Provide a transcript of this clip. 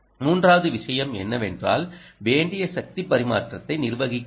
மூன்றாவது விஷயம் என்னவென்றால் வேண்டிய சக்தி பரிமாற்றத்தை நிர்வகிக்க வேண்டும்